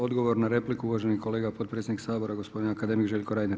Odgovor na repliku uvaženi kolega potpredsjednik Sabora gospodin akademik Željko Reiner.